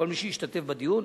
כל מי שהשתתף בדיון.